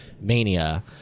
mania